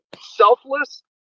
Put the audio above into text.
selfless